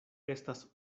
estas